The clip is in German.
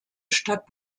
stadt